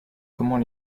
comment